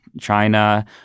China